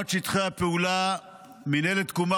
החלטת הממשלה בדבר העברת שטחי הפעולה מינהלת תקומה